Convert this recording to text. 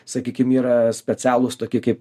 sakykim yra specialūs tokie kaip